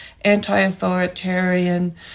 anti-authoritarian